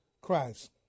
Christ